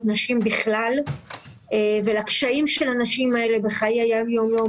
הנשים בכלל ולקשיים של הנשים האלה בחיי היום יום,